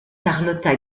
carlotta